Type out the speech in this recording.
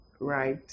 right